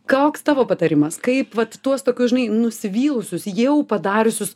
koks tavo patarimas kaip vat tuos tokius žinai nusivylusius jau padariusius